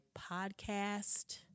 podcast